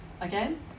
again